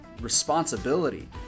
responsibility